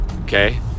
okay